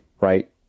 Right